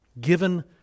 Given